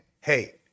Hey